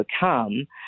become